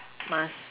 must